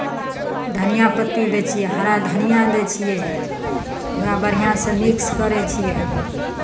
धनिया पत्ती दै छियै हरा धनिया दै छियै ओकरा बढ़िआँसँ मिक्स करै छियै